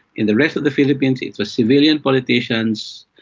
in the rest of the philippines it was civilian politicians,